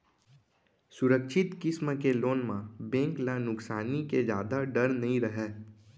सुरक्छित किसम के लोन म बेंक ल नुकसानी के जादा डर नइ रहय